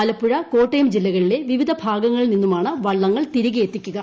ആലപ്പുഴ കോട്ടയം ജില്ലകളിലെ വിവിധ ഭാഗങ്ങളിൽ നിന്നുമാണ് വള്ളങ്ങൾ തിരികെയെത്തിക്കുക